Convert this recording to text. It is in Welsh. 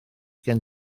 gen